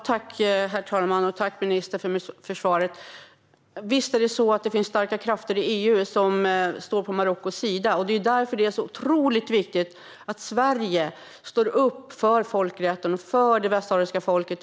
Herr talman! Tack, ministern, för svaret! Visst är det så att det finns starka krafter i EU som står på Marockos sida, och det är därför som det är så otroligt viktigt att Sverige står upp för folkrätten och för det västsahariska folket.